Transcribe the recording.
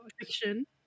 fiction